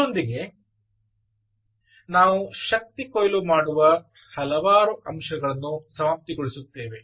ಇದರೊಂದಿಗೆ ನಾವು ಶಕ್ತಿ ಕೊಯ್ಲು ಮಾಡುವ ಹಲವಾರು ಅಂಶಗಳನ್ನು ಸಮಾಪ್ತಿಗೊಳಿಸುತ್ತೇವೆ